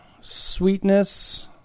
sweetness